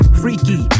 freaky